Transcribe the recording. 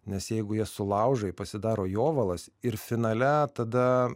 nes jeigu jas sulaužai pasidaro jovalas ir finale tada